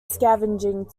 scavenging